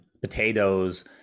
potatoes